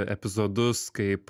epizodus kaip